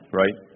right